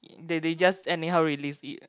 they just anyhow release it